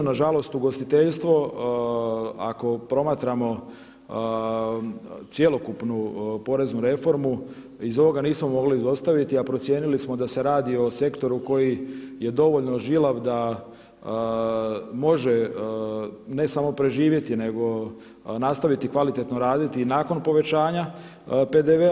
Nažalost ugostiteljstvo ako promatramo cjelokupnu poreznu reformu iz ovoga nismo mogli izostaviti a procijenili smo da se radi sektoru koji je dovoljno žilav da može ne samo preživjeti nego nastaviti kvalitetno raditi i nakon povećanja PDV-a.